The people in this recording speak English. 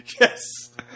Yes